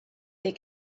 they